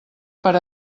per